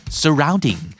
surrounding